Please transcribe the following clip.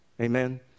Amen